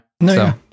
No